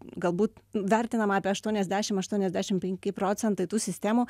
galbūt vertinama apie aštuoniasdešimt aštuoniasdešimt penki procentai tų sistemų